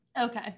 Okay